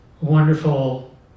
wonderful